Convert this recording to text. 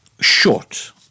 short